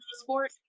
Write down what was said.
sport